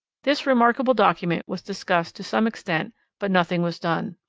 this remarkable document was discussed to some extent but nothing was done.